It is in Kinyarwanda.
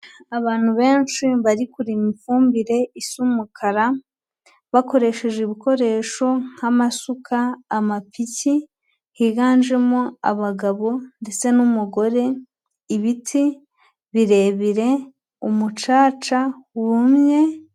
Abantu benshi bari kurima ifumbire isa umukara bakoresheje ibikoresho nk'amasuka, amapiki, higanjemo abagabo ndetse n'umugore; ibiti birebire, umucaca wumye...